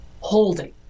holding